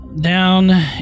down